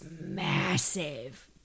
massive